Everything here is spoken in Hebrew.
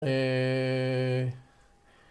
אהההה...